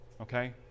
Okay